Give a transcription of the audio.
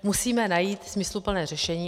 Musíme najít smysluplné řešení.